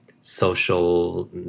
social